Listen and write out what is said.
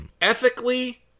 Ethically